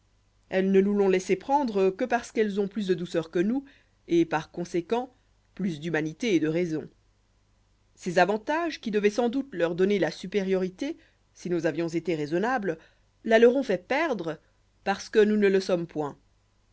elles ne nous l'ont laissé prendre que parce qu'elles ont plus de douceur que nous et par conséquent plus d'humanité et de raison ces avantages qui devoient sans doute leur donner la supériorité si nous avions été raisonnables la leur ont fait perdre parce que nous ne le sommes point